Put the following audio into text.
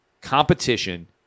Competition